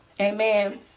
Amen